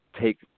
take